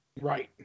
Right